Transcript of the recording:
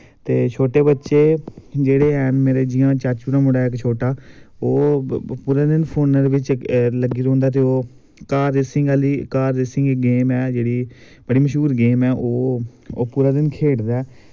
ते छोटे बच्चे जेह्ड़े ऐं जि'यां मेरे चाचू दा मुड़ा ऐ छोटा ओह् पूरा दिन फोनै दे बिच्च लग्गी रौंह्दा ते ओह् कॉर रेसिंग आह्ली कॉर रेसिंग इक गेम ऐ जेह्ड़ी बड़ी मशहूर गेम ऐ ओ ओह् पूरा दिन खेढ़दा ऐ